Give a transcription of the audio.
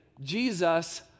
Jesus